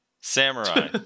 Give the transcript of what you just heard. Samurai